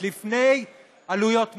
לפני עלויות מחיה.